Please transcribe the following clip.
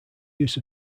use